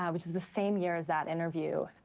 which is the same year as that interview,